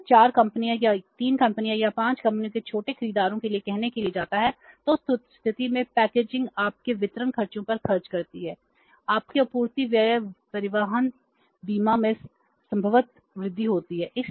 यदि यह 4 कंपनियों या 3 कंपनियों या 5 कंपनियों के छोटे खरीदारों के लिए कहने के लिए जाता है तो उस स्थिति में पैकेजिंग आपके वितरण खर्चों पर खर्च करती है आपके आपूर्ति व्यय परिवहन बीमा में संभवतः वृद्धि होती है